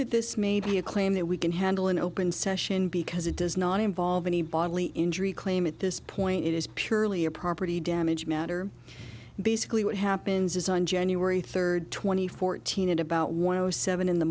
that this may be a claim that we can handle in open session because it does not involve any bodily injury claim at this point it is purely a property damage matter basically what happens is on january third twenty fourteen at about one hundred seven in the